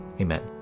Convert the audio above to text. Amen